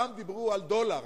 פעם דיברו על דולר,